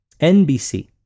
NBC